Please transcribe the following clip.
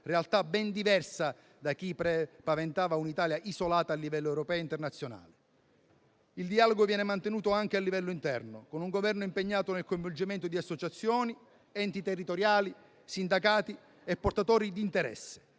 paventata da chi prefigurava un'Italia isolata a livello europeo e internazionale. Il dialogo viene mantenuto anche a livello interno, con un Governo impegnato nel coinvolgimento di associazioni, enti territoriali, sindacati e portatori di interesse